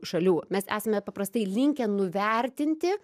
šalių mes esame paprastai linkę nuvertinti